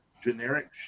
generic